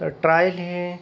तर ट्रायल हे